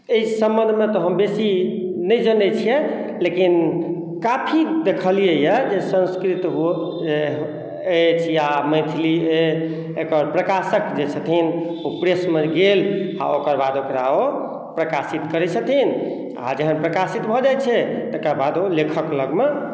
एहि सम्बन्ध मे तऽ हम बेसी नहि जनै छियै लेकिन काफी देखलिए हँ जे संस्कृत अछि या मैथिली एकर प्रकाशक जे छथिन ओ प्रेस मे गेल आ ओकर बाद ओकरा ओ प्रकाशित करै छथिन आ जहन प्रकाशित भऽ जाइ छै तकर बाद ओ लेखक लग मे